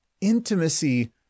intimacy